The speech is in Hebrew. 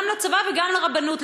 גם לצבא וגם לרבנות,